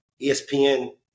ESPN